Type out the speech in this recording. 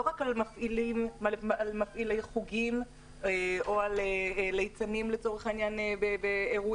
לא רק על מפעילי חוגים או על ליצנים באירועים,